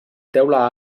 teula